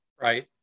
right